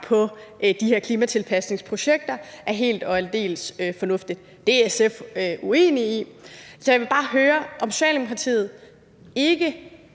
på de her klimatilpasningsprojekter er helt og aldeles fornuftigt. Det er SF uenige i. Så jeg vil bare høre, om Socialdemokratiet ikke